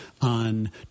on